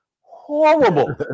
horrible